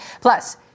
Plus